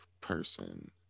person